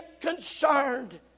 concerned